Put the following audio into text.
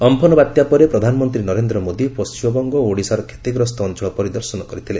Amphan ବାତ୍ୟା ପରେ ପ୍ରଧାନମନ୍ତ୍ରୀ ନରେନ୍ଦ୍ର ମୋଦୀ ପଶ୍ଚିମବଙ୍ଗ ଓ ଓଡ଼ିଶାର କ୍ଷତିଗ୍ରସ୍ତ ଅଞ୍ଚଳ ପରିଦର୍ଶନ କରିଥିଲେ